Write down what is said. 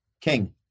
king